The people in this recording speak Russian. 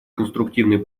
конструктивный